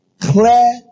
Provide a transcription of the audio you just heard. Clear